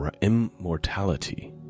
immortality